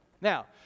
Now